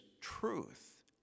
truth